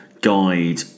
guide